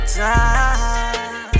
time